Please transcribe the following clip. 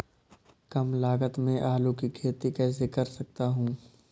कम लागत में आलू की खेती कैसे कर सकता हूँ?